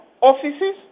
offices